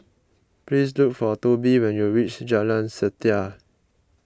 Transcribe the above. please look for Tobie when you reach Jalan Setia